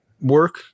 Work